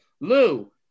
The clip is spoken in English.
Lou